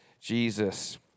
Jesus